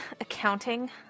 Accounting